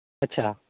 ᱟᱪᱪᱷᱟ